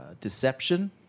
deception